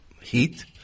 Heat